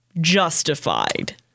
justified